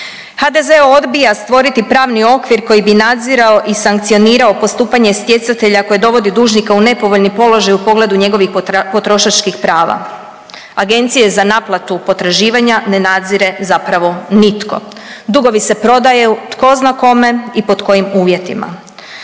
HDZ odbija stvoriti pravni okvir koji bi nadzirao i sankcionirao postupanje stjecatelja koje dovodi dužnika u nepovoljni položaj u pogledu njegovih potrošačkih prava. Agencije za naplatu potraživanja ne nadzire zapravo nitko. Dugovi se prodaju tko zna kome i pod kojim uvjetima.